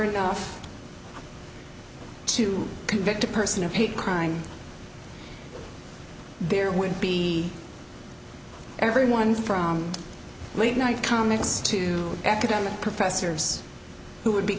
enough to convict a person of hate crime there would be everyone from late night comics to academic professors who would be